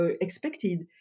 expected